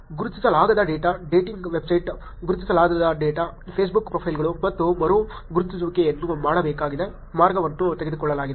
ಗುರುತಿಸಲಾಗದ data dating website ಗುರುತಿಸಲಾದ data Facebook ಪ್ರೊಫೈಲ್ಗಳು ಮತ್ತು ಮರು ಗುರುತಿಸುವಿಕೆಯನ್ನು ಮಾಡಬೇಕಾದ ಮಾರ್ಗವನ್ನು ತೆಗೆದುಕೊಳ್ಳಲಾಗಿದೆ